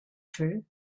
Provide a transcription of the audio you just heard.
true